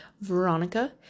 veronica